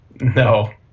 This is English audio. No